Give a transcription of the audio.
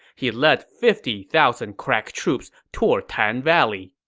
he led fifty thousand crack troops toward tan valley.